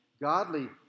godly